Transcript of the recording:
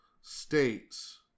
states